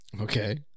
okay